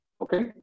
Okay